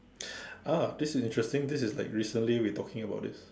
ah this is interesting this is like recently we talking about this